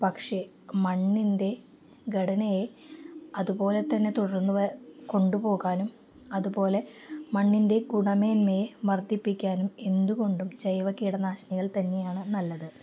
പക്ഷെ മണ്ണിൻ്റെ ഘടനയെ അതുപോലെ തന്നെ തുടർന്നു കൊണ്ടുപോകാനും അതുപോലെ മണ്ണിൻ്റെ ഗുണമേന്മയെ വർദ്ധിപ്പിക്കാനും എന്തുകൊണ്ടും ജൈവ കീടനാശിനികൾ തന്നെയാണ് നല്ലത്